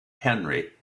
henry